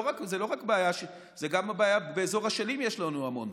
זה לא בעיה, זה גם בעיה באזור אשלים, יש לנו המון.